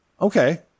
Okay